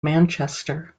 manchester